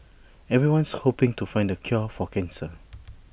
everyone's hoping to find the cure for cancer